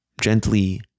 gently